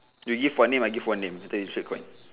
you give one name I give one name later we flip the coin